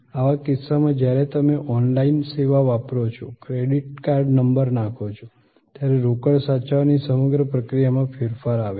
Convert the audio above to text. આવા કિસ્સામાં જ્યારે તમે ઓનલાઇન સેવા વાપરો છો ક્રેડિટ કાર્ડ નંબર નાખો છો ત્યારે રોકડ સાચવવાની સમગ્ર પ્રક્રિયા માં ફેરફાર આવે છે